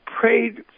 prayed